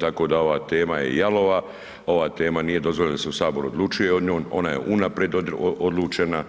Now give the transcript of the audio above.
Tako da ova tema je jalova, ova tema nije dozvoljena da se u Saboru odlučuje o njoj, ona je unaprijed odlučena,